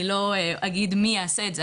אני לא אגיד מי יעשה את זה,